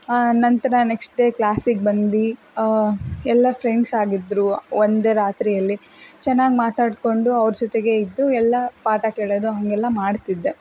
ನಂತರ next day ಕ್ಲಾಸಿಗೆ ಬಂದು ಎಲ್ಲ ಫ್ರೆಂಡ್ಸ್ ಆಗಿದ್ದರು ಒಂದೇ ರಾತ್ರಿಯಲ್ಲಿ ಚೆನ್ನಾಗಿ ಮಾತಾಡಿಕೊಂಡು ಅವರ ಜೊತೆಗೇ ಇದ್ದು ಎಲ್ಲ ಪಾಠ ಕೇಳೋದು ಹಾಗೆಲ್ಲ ಮಾಡ್ತಿದ್ದೆ